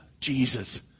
Jesus